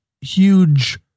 huge